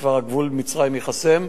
הגבול עם מצרים ייחסם,